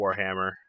Warhammer